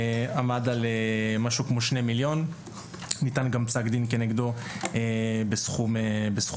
עמד על משהו כמו 2,000,000. ניתן נגדו גם פסק דין בסכום זהה.